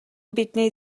бидний